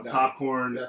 popcorn